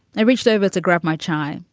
i reached over to grab my chai,